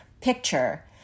picture